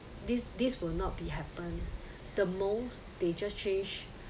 this this will not be happen the most they just change